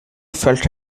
felt